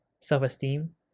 self-esteem